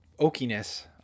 Oakiness